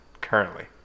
currently